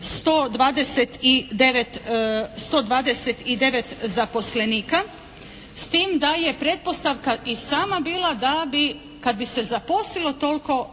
129 zaposlenika s tim da je pretpostavka i sama bila da bi kad bi se zaposlilo toliko